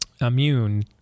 immune